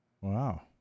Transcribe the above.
wow